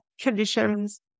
conditions